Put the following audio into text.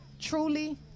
truly